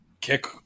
kick